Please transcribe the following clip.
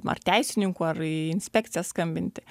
nu ar teisininkų ar į inspekciją skambinti